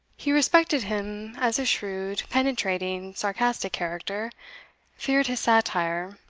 he respected him as a shrewd, penetrating, sarcastic character feared his satire,